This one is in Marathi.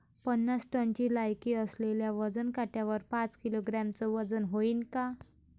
पन्नास टनची लायकी असलेल्या वजन काट्यावर पाच किलोग्रॅमचं वजन व्हईन का?